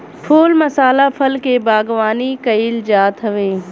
फूल मसाला फल के बागवानी कईल जात हवे